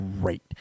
great